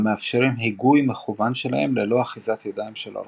המאפשרים היגוי מכוון שלהם ללא אחיזת ידיים של הרוכב.